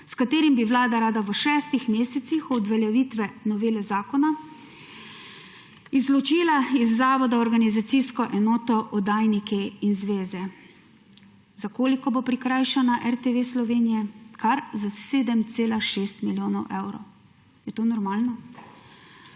s katerim bi vlada rada v šestih mesecih od uveljavitve novele zakona izločila iz zavoda organizacijsko enoto Oddajniki in zveze. Za koliko bo prikrajšana RTV Slovenije? Kar za 7,6 milijona evrov. Je to normalno?